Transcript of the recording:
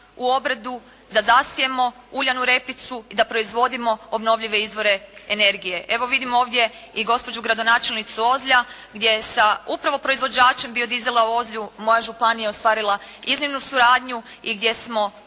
u obradu, da zasijemo uljanu repicu i da proizvodimo obnovljive izvore energije. Evo vidimo ovdje i gospođu gradonačelnicu Ozlja gdje sa upravo provoizvođačem biodizela u Ozlju moja županija ostvarila iznimnu suradnju i gdje smo